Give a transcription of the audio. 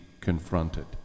confronted